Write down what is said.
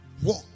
walk